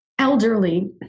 Elderly